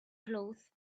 cloth